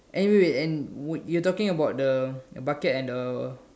and wait wait wait and wait you're talking about the bucket and the